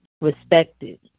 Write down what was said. respected